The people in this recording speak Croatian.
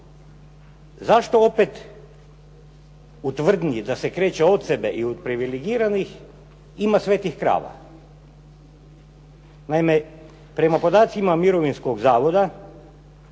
Zašto opet u tvrdnji da se kreće od sebe i od privilegiranih ima svetih krava?